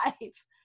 life